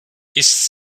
ist